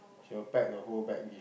she will pack the whole bag